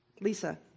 Lisa